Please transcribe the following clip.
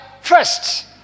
first